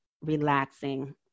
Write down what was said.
relaxing